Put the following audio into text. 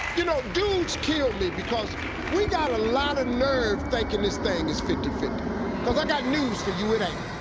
you know dudes kill me, because we gotta a lotta nerve thinking this thing is fifty fifty cause i got news for you it ain't.